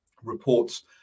reports